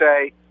say